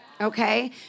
okay